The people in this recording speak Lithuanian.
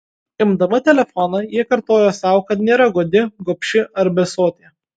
imdama telefoną ji kartojo sau kad nėra godi gobši ar besotė